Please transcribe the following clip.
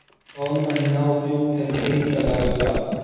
कौन महीना उपयुकत है खरिफ लगावे ला?